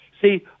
see